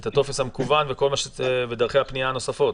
את הטופס המקוון ודרכי הפנייה הנוספות.